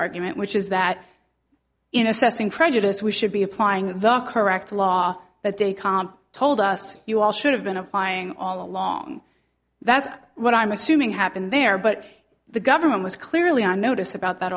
argument which is that in assessing prejudice we should be applying the correct law that day calm told us you all should have been applying all along that's what i'm assuming happened there but the government was clearly on notice about that